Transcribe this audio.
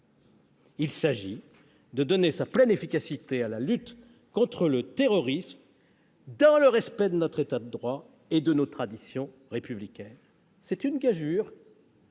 Il s'agit de donner sa pleine efficacité à la lutte contre le terrorisme, dans le respect de notre État de droit et de nos traditions républicaines. C'est une gageure